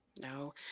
No